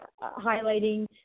highlighting